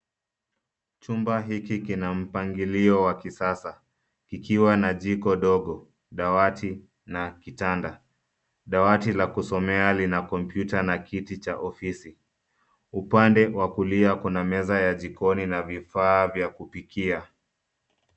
Chumba hiki kina mpangilio wa kisasa kikiwa na jiko dogo, dawati na kitanda. Dawati la kusomea lina kompyuta na kiti cha ofisi. Upande wa kulia kuna meza ya jikoni na vifaa vya kupikia.